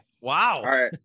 Wow